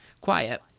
quiet